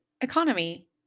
economy